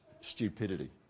stupidity